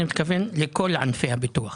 אני מתכוון לכל ענפי הביטוח.